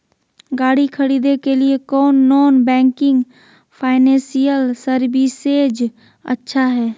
गाड़ी खरीदे के लिए कौन नॉन बैंकिंग फाइनेंशियल सर्विसेज अच्छा है?